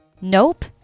Nope